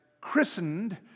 christened